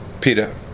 Peter